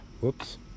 Whoops